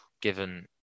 given